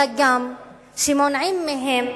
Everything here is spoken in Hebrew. אלא גם מונעים מהם